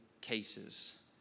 cases